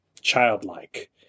childlike